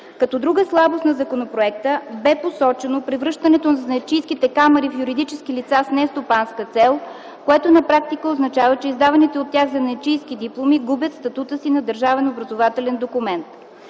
Като друга слабост на законопроекта бе посочено превръщането на занаятчийските камари в юридически лица с нестопанска цел, което на практика означава, че издаваните от тях занаятчийски дипломи губят статута си на държавен образователен документ.